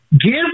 Give